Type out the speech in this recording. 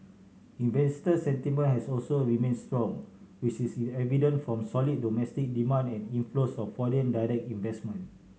investor sentiment has also remained strong which is evident from solid domestic demand and inflows of foreign direct investment